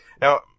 now